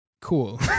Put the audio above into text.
cool